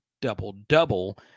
double-double